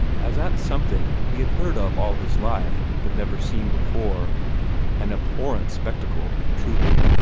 as at something he had heard of all his life, but never seen before an abhorrent spectacle, truly!